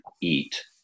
eat